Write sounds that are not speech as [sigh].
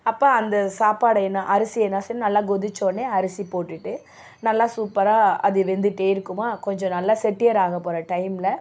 அப்போ அந்த சாப்பாடு என்னா அரிசியை என்ன செய்யணும் நல்லா கொதிச்சவோடனே அரிசி போட்டுட்டு நல்லா சூப்பராக அது வெந்துட்டு இருக்குமாம் கொஞ்சம் நல்லா [unintelligible] ஆக போகிற டைமில்